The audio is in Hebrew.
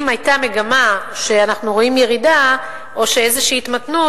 אם היתה מגמה שאנחנו רואים ירידה או איזושהי התמתנות,